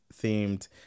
themed